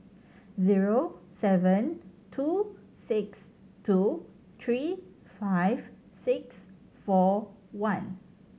zero seven two six two three five six four one